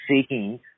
seeking